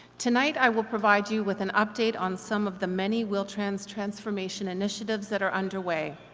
tonight i will provide you with an update on some of the many wheel-trans transformation initiatives that are underway.